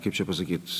kaip čia pasakyt